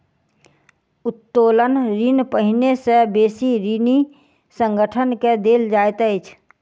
उत्तोलन ऋण पहिने से बेसी ऋणी संगठन के देल जाइत अछि